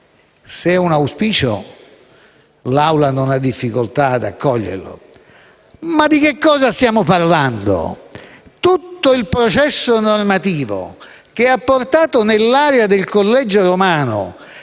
Se è un auspicio, l'Assemblea non ha difficoltà ad accoglierlo, ma di che cosa stiamo parlando? Tutto il processo normativo che ha portato nell'area del Collegio Romano